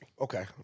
Okay